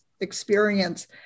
experience